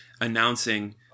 announcing